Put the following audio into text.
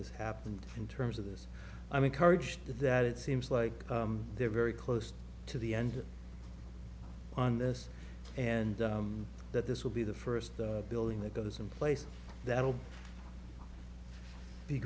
has happened in terms of this i'm encouraged that it seems like they're very close to the end on this and that this will be the first building that goes in place that will be